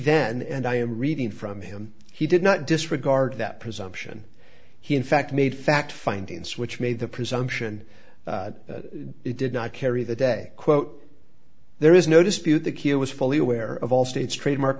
then and i am reading from him he did not disregard that presumption he in fact made fact findings which made the presumption that it did not carry the day quote there is no dispute the q was fully aware of all state's trademark